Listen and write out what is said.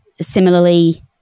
similarly